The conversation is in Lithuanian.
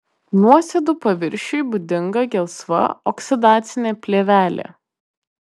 nuosėdų paviršiui būdinga gelsva oksidacinė plėvelė